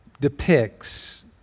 depicts